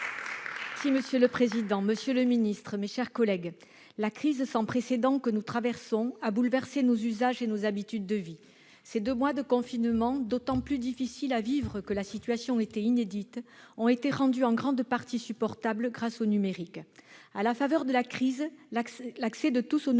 les faire avancer. La parole est à Mme Viviane Artigalas. La crise sans précédent que nous traversons a bouleversé nos usages et nos habitudes de vie. Ces deux mois de confinement, d'autant plus difficiles à vivre que la situation était inédite, ont été rendus en grande partie supportables grâce au numérique. À la faveur de la crise, l'accès de tous au numérique